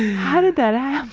how did that